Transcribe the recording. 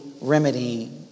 remedy